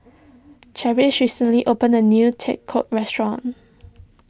Charisse recently opened a new Tacos restaurant